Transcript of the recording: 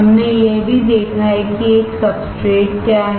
हमने यह भी देखा है कि एक सब्सट्रेट क्या है